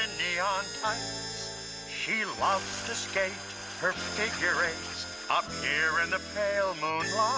and neon tights she loves to skate her figure eight up here in the pale moonlight